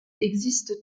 existe